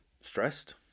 stressed